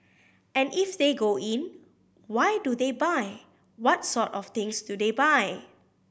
and if they go in why do they buy what sort of things do they buy